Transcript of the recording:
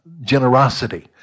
generosity